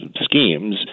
schemes